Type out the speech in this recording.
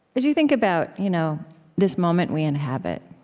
as you think about you know this moment we inhabit,